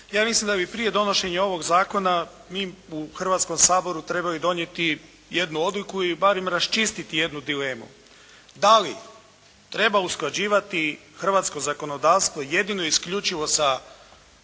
Ja mislim da bi prije donošenja ovog zakona mi u Hrvatskom saboru trebali donijeti jednu odluku ili barem raščistiti jednu dilemu, da li treba usklađivati hrvatsko zakonodavstvo jedino i isključivo sa